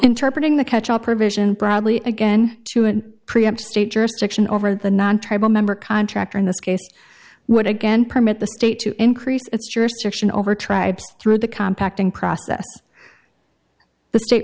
interpret in the catch all provision broadly again to an preempt state jurisdiction over the non tribal member contractor in this case would again permit the state to increase its jurisdiction over tribe through the compact and process the state